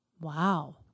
Wow